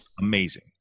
amazing